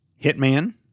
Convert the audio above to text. Hitman